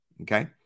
Okay